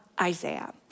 Isaiah